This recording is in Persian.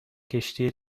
کشتی